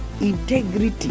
integrity